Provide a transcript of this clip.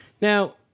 Now